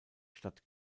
stadt